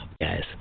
Guys